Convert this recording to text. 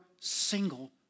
single